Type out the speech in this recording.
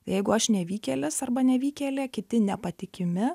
jeigu aš nevykėlis arba nevykėlė kiti nepatikimi